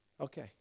Okay